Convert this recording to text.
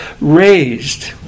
raised